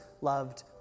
loved